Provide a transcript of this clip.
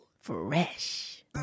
Fresh